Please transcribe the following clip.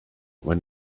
when